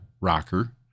rocker